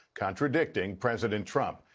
contradicting president trump.